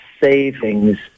savings